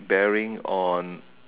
bearing on